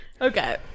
Okay